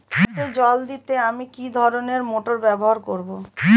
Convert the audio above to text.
পাটে জল দিতে আমি কি ধরনের মোটর ব্যবহার করব?